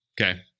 Okay